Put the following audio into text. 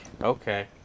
Okay